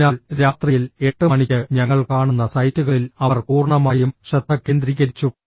അതിനാൽ രാത്രിയിൽ 8 മണിക്ക് ഞങ്ങൾ കാണുന്ന സൈറ്റുകളിൽ അവർ പൂർണ്ണമായും ശ്രദ്ധ കേന്ദ്രീകരിച്ചു